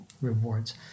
rewards